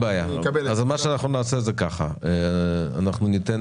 אין בעיה, אז מה שאנחנו נעשה, אנחנו ניתן